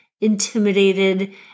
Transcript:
intimidated